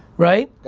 right?